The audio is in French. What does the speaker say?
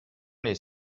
les